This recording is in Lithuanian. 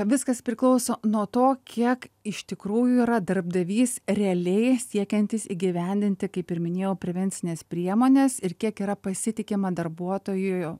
viskas priklauso nuo to kiek iš tikrųjų yra darbdavys realiai siekiantis įgyvendinti kaip ir minėjau prevencines priemones ir kiek yra pasitikima darbuotoju